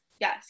Yes